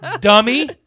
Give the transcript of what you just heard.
dummy